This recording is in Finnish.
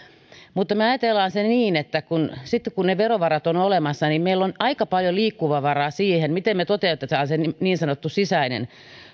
mutta me ajattelemme sen niin että sitten kun ne verovarat ovat olemassa niin meillä on aika paljon liikkumavaraa siihen miten me toteutamme sen niin sanotun sisäisen